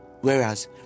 Whereas